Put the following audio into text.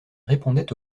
répondait